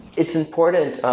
it's important,